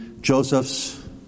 Joseph's